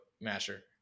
masher